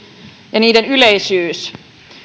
ja niiden yleisyys